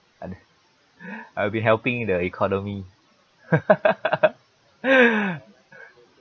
I'll be helping the economy